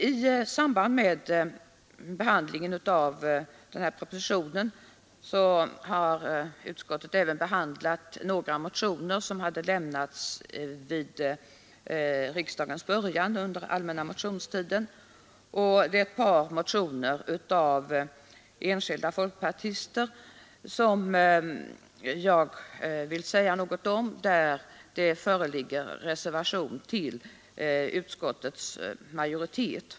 I samband med behandlingen av propositionen har utskottet även behandlat några motioner som avgivits under den allmänna motionstiden. Jag vill säga något om ett par motioner av enskilda folkpartister beträffande vilka det föreligger reservation vid utskottets betänkande.